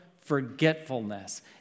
forgetfulness